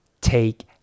Take